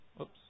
Oops